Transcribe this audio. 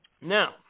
Now